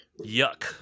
Yuck